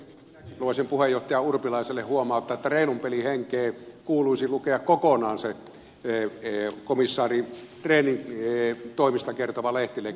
minäkin haluaisin puheenjohtaja urpilaiselle huomauttaa että reilun pelin henkeen kuuluisi lukea kokonaan se komissaari rehnin toimista kertova lehtileike